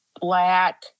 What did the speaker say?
black